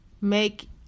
make